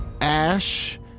Ash